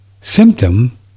symptom